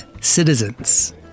citizens